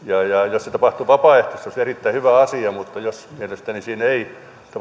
jos se tapahtuisi vapaaehtoisesti se olisi erittäin hyvä asia mutta jos siinä ei